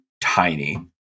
tiny